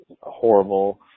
horrible